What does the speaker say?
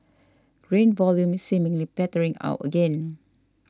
grain volume is seemingly petering out again